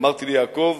אמרתי ליעקב: